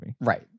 Right